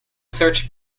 search